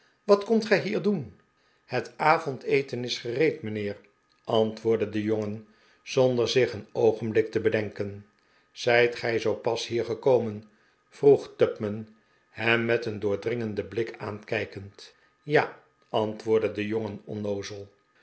wat komt gij hier doen het avondeten is gereed mijnheer antwoordde de jongen zonder zich een oogenblik te bedenken zijt gij zoo pas hier gekomen vroeg tupman hem met een doordringenden blik aankijkend ja antwoordde de jongen onnoozel